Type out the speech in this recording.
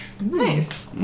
Nice